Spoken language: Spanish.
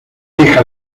hija